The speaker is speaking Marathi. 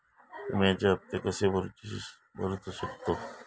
विम्याचे हप्ते कसे भरूचो शकतो?